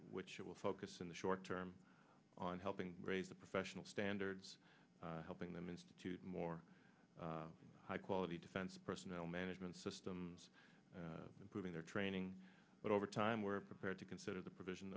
which will focus in the short term on helping raise the professional standards helping them institute more high quality defense personnel management systems improving their training but over time we're prepared to consider the pro